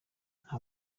nta